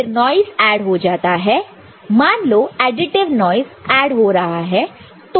फिर noise add हो जाता है मान लो एडिटिव नॉइस ऐड हो रहा है